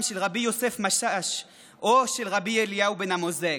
של רבי יוסף משאש או של רבי אליהו בן אמוזג.